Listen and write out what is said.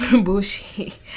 bullshit